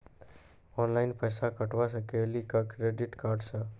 Online पैसा कटवा सकेली का क्रेडिट कार्ड सा?